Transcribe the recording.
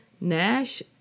Nash